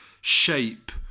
shape